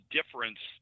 difference